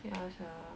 ya sia